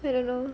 I don't know